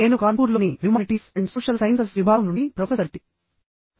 నేను కాన్పూర్ లోని humanities and social sciences విభాగం నుండి ప్రొఫెసర్ టి